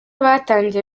batangiye